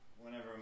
Whenever